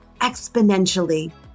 exponentially